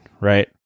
right